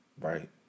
Right